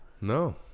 No